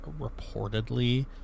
Reportedly